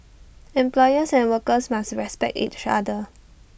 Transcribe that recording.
employers and workers must respect each other